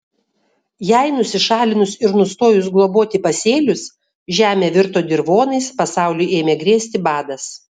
jai nusišalinus ir nustojus globoti pasėlius žemė virto dirvonais pasauliui ėmė grėsti badas